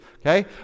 Okay